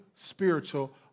spiritual